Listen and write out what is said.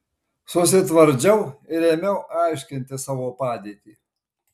susitvardžiau ir ėmiau aiškinti savo padėtį